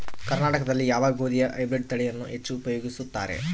ಕರ್ನಾಟಕದಲ್ಲಿ ಯಾವ ಗೋಧಿಯ ಹೈಬ್ರಿಡ್ ತಳಿಯನ್ನು ಹೆಚ್ಚು ಉಪಯೋಗಿಸುತ್ತಾರೆ?